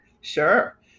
Sure